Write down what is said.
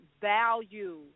value